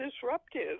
disruptive